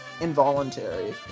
involuntary